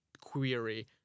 query